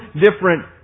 different